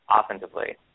offensively